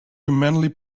humanly